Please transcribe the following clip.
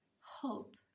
hope